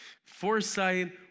Foresight